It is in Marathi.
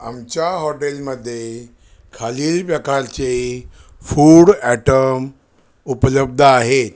आमच्या हॉटेलमध्ये खालील प्रकारचे फूड ॲटम उपलब्ध आहेत